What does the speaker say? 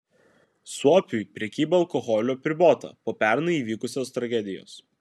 suopiui prekyba alkoholiu apribota po pernai įvykusios tragedijos